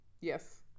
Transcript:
Yes